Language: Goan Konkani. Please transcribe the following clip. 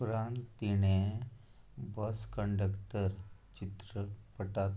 उपरांत तिणें बस कंडक्टर चित्रपटांत